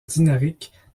dinariques